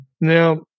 Now